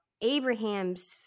Abraham's